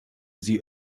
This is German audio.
sie